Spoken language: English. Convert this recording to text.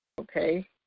okay